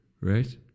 right